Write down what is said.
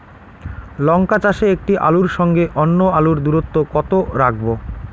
লঙ্কা চাষে একটি আলুর সঙ্গে অন্য আলুর দূরত্ব কত রাখবো?